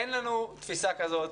אין לנו תפיסה כזו.